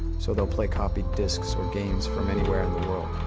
so they'll played copied discs or games from anywhere in the world.